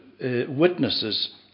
witnesses